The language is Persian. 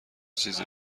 چیزی